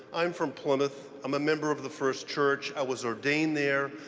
i'm from plymouth. i'm a member of the first church. i was ordained there.